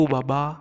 Baba